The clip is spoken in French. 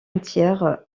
entière